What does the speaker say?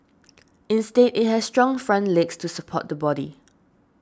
instead it has strong front legs to support the body